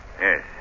Yes